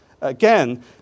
Again